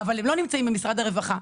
אבל הם לא נמצאים במשרד הרווחה.